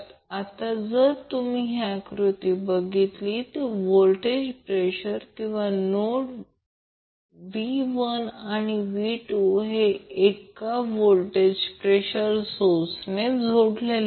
आता जर तुम्ही ही आकृती बघितली व्होल्टेज प्रेषर किंवा नोड V1 आणि V2 हे एका व्होल्टेज प्रेषर सोर्स ने जोडलेले आहेत